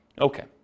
Okay